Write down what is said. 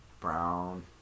brown